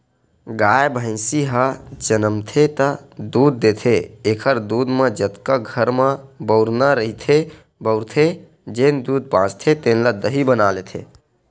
गाय, भइसी ह जमनथे त दूद देथे एखर दूद म जतका घर म बउरना रहिथे बउरथे, जेन दूद बाचथे तेन ल दही बना देथे